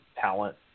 talent